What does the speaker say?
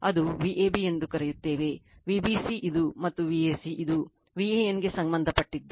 ಅದು Vab ಎಂದು ಕರೆಯುತ್ತೇವೆ Vbc ಇದು ಮತ್ತು Vca ಇದು Van ಗೆ ಸಂಬಂಧಪಟ್ಟಿದ್ದು